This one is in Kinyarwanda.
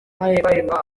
bahemba